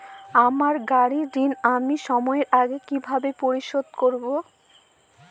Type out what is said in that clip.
আমার গাড়ির ঋণ আমি সময়ের আগে কিভাবে পরিশোধ করবো?